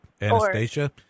Anastasia